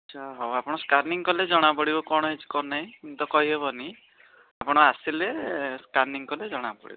ଆଚ୍ଛା ହଉ ଆପଣ ସ୍କାନିଂ କଲେ ଜଣାପଡ଼ିବ କ'ଣ ହେଇଛି କ'ଣ ନାହିଁ ତ କହିହେବନି ଆପଣ ଆସିଲେ ସ୍କାନିଂ କଲେ ଜଣାପଡିବ